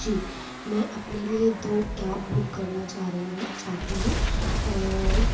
जी मैं अपने लिए दो कैब बुक करना चाह रही हूँ चाहती हूँ